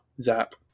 Zap